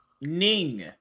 Ning